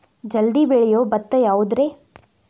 ಜಲ್ದಿ ಬೆಳಿಯೊ ಭತ್ತ ಯಾವುದ್ರೇ?